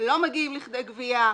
לא מגיעים לכדי גבייה,